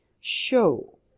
show